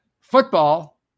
football